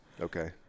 Okay